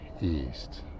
East